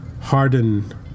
hardened